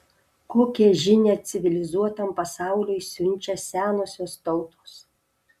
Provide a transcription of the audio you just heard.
kokią žinią civilizuotam pasauliui siunčia senosios tautos